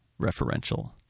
referential